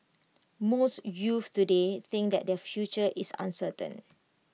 most youths today think that their future is uncertain